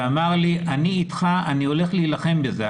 ואמר לי: אני אתך, אני הולך להילחם בזה.